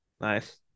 Nice